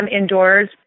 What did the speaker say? indoors